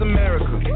America